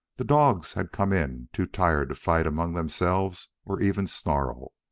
the dogs had come in too tired to fight among themselves or even snarl,